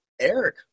Eric